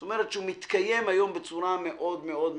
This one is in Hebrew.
זאת אומרת שהוא מתקיים היום בצורה מאוד-מאוד משמעותית.